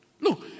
Look